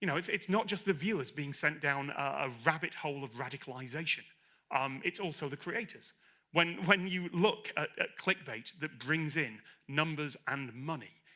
you know, it's it's not just the viewers being sent down a rabbit hole of radicalization um it's also the creators when when you look at at clickbait that brings in numbers and money,